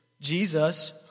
jesus